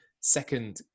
second